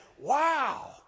Wow